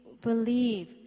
believe